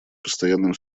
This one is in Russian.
постоянным